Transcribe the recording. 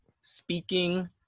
speaking